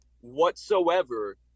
whatsoever